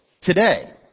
today